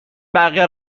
بقیه